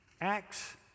Acts